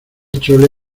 chole